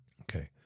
Okay